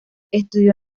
estudió